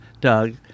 Doug